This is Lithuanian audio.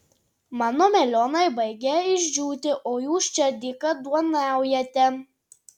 mano melionai baigia išdžiūti o jūs čia dykaduoniaujate